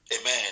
Amen